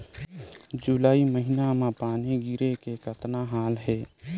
जुलाई महीना म पानी गिरे के कतना हाल हे?